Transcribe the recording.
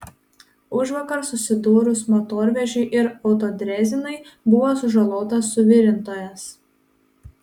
užvakar susidūrus motorvežiui ir autodrezinai buvo sužalotas suvirintojas